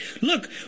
look